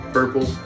Purple